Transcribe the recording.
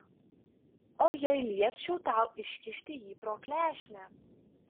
o jei liepčiau tau iškišti jį pro klešnę